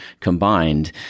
combined